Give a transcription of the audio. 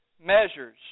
measures